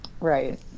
Right